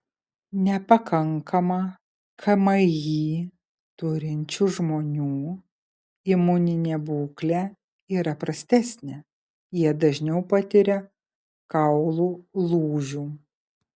nepakankamą kmi turinčių žmonių imuninė būklė yra prastesnė jie dažniau patiria kaulų lūžių